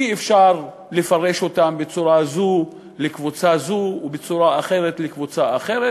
אי-אפשר לפרש אותם בצורה אחת לקבוצה אחת ובצורה אחרת לקבוצה אחרת,